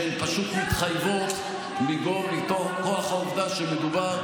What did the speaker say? שהן פשוט מתחייבות מכוח העובדה שמדובר,